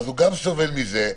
גם סובל מזה,